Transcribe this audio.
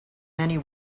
many